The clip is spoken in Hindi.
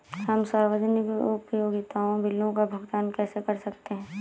हम सार्वजनिक उपयोगिता बिलों का भुगतान कैसे कर सकते हैं?